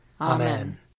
Amen